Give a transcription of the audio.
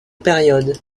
période